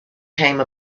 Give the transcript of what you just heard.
came